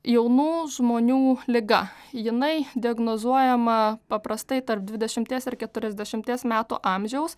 jaunų žmonių liga jinai diagnozuojama paprastai tarp dvidešimties ir keturiasdešimties metų amžiaus